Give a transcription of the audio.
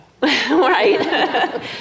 Right